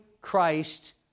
Christ